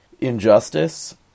injustice